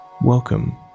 welcome